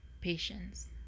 patience